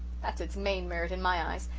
that's its main merit in my eyes,